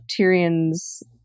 Tyrion's